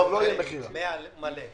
מאה על מלא.